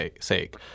sake